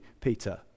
Peter